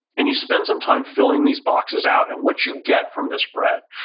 and you spend some time filling these boxes out. and what you get from this, brett,